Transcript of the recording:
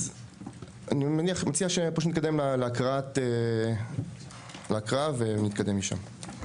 אז אני מציע שפשוט נתקדם להקראה ונתקדם משם.